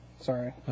sorry